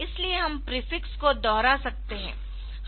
इसलिए हम प्रीफिक्स को दोहरा सकते है